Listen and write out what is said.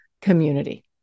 community